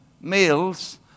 meals